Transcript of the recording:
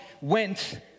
went